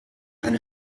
eine